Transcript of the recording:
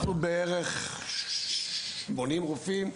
אנחנו בערך 80 רופאים.